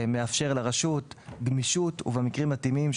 שמאפשרת לרשות גמישות במקרים מתאימים,